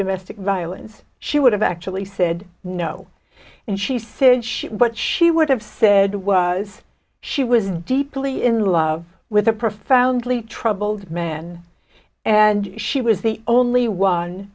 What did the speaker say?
domestic violence she would have actually said no and she said she what she would have said was she was deeply in love with a profoundly troubled man and she was the only one